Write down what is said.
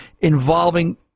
involving